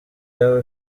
yaba